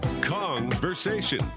Conversation